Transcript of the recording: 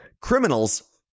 criminals